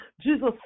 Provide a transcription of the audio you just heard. Jesus